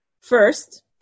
First